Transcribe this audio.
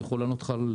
אני יכול לענות לך על